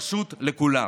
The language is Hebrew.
פשוט לכולם.